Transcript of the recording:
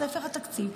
ספר התקציב,